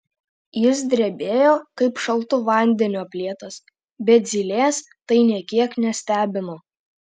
jis drebėjo kaip šaltu vandeniu aplietas bet zylės tai nė kiek nestebino